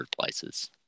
places